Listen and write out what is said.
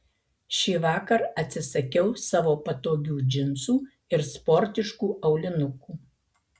šįvakar atsisakiau savo patogių džinsų ir sportiškų aulinukų